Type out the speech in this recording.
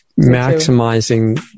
maximizing